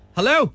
Hello